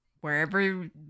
wherever